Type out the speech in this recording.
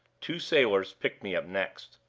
two sailors picked me up next.